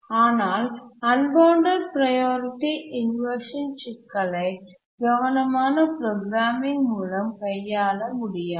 ஆனால் unbounded priority inversion சிக்கலை கவனமான ப்ரோக்ராமிங் மூலம் கையாள முடியாது